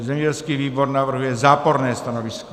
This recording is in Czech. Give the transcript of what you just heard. Zemědělský výbor navrhuje záporné stanovisko.